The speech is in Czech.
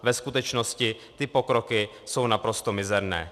Ve skutečnosti ty pokroky jsou naprosto mizerné.